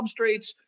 substrates